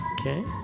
Okay